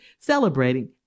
celebrating